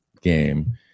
game